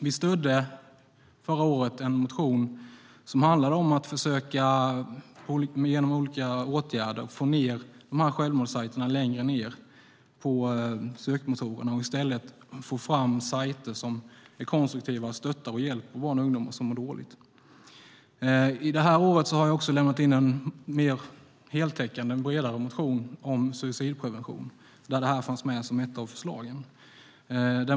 Vi stödde förra året en motion som handlade om att genom olika åtgärder försöka få självmordssajterna längre ned på sökmotorerna och i stället få fram sajter som är konstruktiva, stöttar och hjälper barn och ungdomar som mår dåligt. I år har jag lämnat in en mer heltäckande och bredare motion om suicidprevention där det här finns med som ett av förslagen.